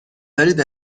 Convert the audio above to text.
دارید